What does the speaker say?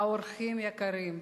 אורחים יקרים,